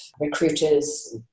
recruiters